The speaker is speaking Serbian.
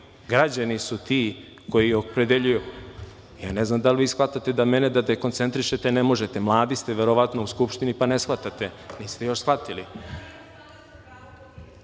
Građani su ti koji opredeljuju. Ja ne znam da li shvatate da mene da dekoncentrišete ne možete. Mladi ste, verovatno, u Skupštini, pa ne shvatate. Niste još shvatili. Nisam